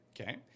Okay